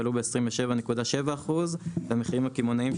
עלו ב-27.7% והמחירים הקמעונאיים,